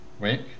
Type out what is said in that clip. Wait